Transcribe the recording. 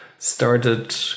started